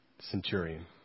centurion